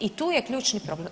I tu je ključni problem.